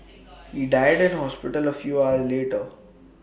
he died in hospital A few hours later